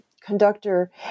conductor